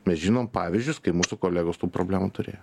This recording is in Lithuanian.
mes žinom pavyzdžius kai mūsų kolegos tų problemų turėjo